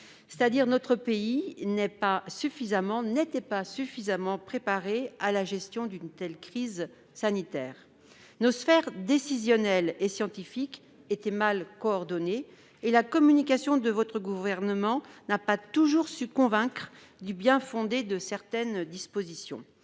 depuis un an : notre pays n'était pas suffisamment préparé à la gestion d'une telle crise sanitaire. Nos sphères décisionnelles et scientifiques étaient mal coordonnées et la communication de votre gouvernement n'a pas toujours su convaincre du bien-fondé de certaines dispositions,